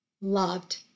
loved